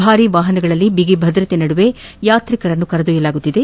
ಭಾರಿ ವಾಹನಗಳಲ್ಲಿ ಬಿಗಿ ಭದ್ರತೆ ನಡುವೆ ಯಾತ್ರಿಕರನ್ನು ಕರೆದೊಯ್ಯಲಾಗಿದೆ